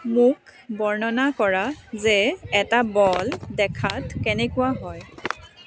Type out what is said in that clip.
মোক বৰ্ণনা কৰা যে এটা বল দেখাত কেনেকুৱা হয়